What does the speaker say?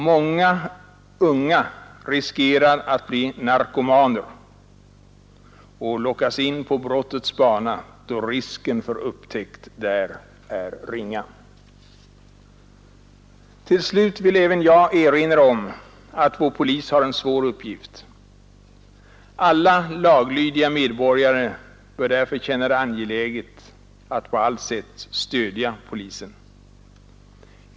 Många unga riskerar att bli narkomaner och lockas in på brottets bana, då risken för upptäckt där är ringa. Till slut vill även jag erinra om att vår polis har en svår uppgift. Alla laglydiga medborgare bör därför känna det angeläget att på allt sätt stödja polisen.